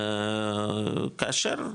כאשר,